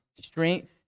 strength